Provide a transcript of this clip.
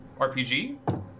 RPG